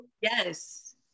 Yes